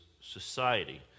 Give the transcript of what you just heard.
society